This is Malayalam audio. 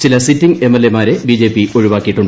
ചില സിറ്റിംഗ് എം എൽ എ മാരെ ബി ജെ പി ഒഴിവാക്കിയിട്ടു